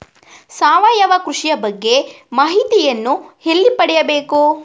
ಸಾವಯವ ಕೃಷಿಯ ಬಗ್ಗೆ ಮಾಹಿತಿಯನ್ನು ಎಲ್ಲಿ ಪಡೆಯಬೇಕು?